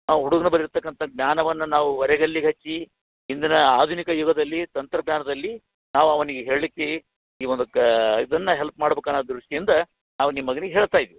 ಆ ಹುಡುಗ್ನ ಇರತಕ್ಕಂಥ ಜ್ಞಾನವನ್ನು ನಾವು ಒರೆಗಲ್ಲಿಗೆ ಹಚ್ಚಿ ಇಂದಿನ ಆಧುನಿಕ ಯುಗದಲ್ಲಿ ತಂತ್ರಜ್ಞಾನದಲ್ಲಿ ನಾವು ಅವನಿಗೆ ಹೇಳಿಸಿ ಈ ಒಂದು ಕಾ ಇದನ್ನು ಹೆಲ್ಪ್ ಮಾಡ್ಬೇಕು ಅನ್ನೋ ದೃಷ್ಟಿಯಿಂದ ನಾವು ನಿಮ್ಮ ಮಗ್ನಿಗೆ ಹೇಳ್ತ ಇದ್ದೀವಿ